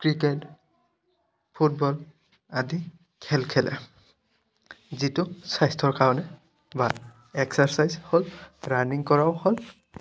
cricket football আদি খেল খেলে যিটো স্বাস্থ্যৰ কাৰণে বা এক্সাৰচাইজ হ'ল ৰানিং কৰাও হ'ল